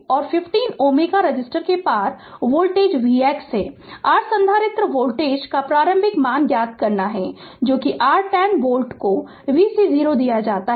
और 15 Ω रेसिस्टर के पार वोल्टता vx है r संधारित्र वोल्टता का प्रारंभिक मान ज्ञात करना है जो कि r 10 वोल्ट को v c 0 दिया जाता है